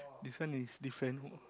this one is different